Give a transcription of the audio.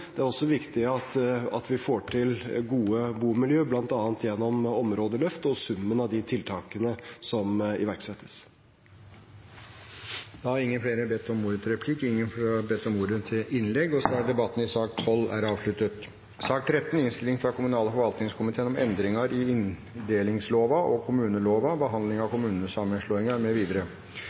Det er også viktig at vi får til gode bomiljøer, bl.a. gjennom områdeløft og summen av de tiltakene som iverksettes. Replikkordskiftet er over. Flere har ikke bedt om ordet til sak nr. 12. Etter ønske fra kommunal- og forvaltningskomiteen vil presidenten foreslå at taletiden blir begrenset til 5 minutter til hver partigruppe og 5 minutter til medlemmer av regjeringen. Videre